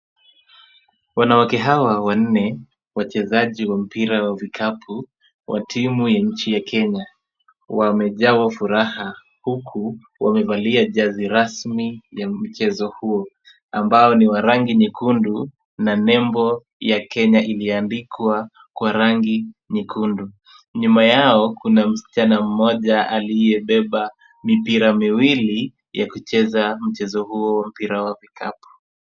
Wanawake hawa wanne wachezaji wa mpira wa vikapu wa timu ya nchi ya Kenya wamejawa furaha huku wamevalia jezi rasmi ya mchezo huu ambao ni wa rangi nyekundu na nembo ya Kenya iliyoandikwa kwa rangi nyekundu. Nyuma yao, kuna msichana mmoja aliyebeba mipira miwili ya kucheza mchezo huo wa mpira wa vikapu.